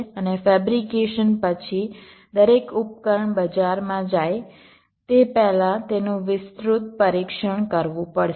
અને ફેબ્રિકેશન પછી દરેક ઉપકરણ બજારમાં જાય તે પહેલાં તેનું વિસ્તૃત પરીક્ષણ કરવું પડશે